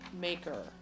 maker